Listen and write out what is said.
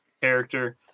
character